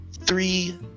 three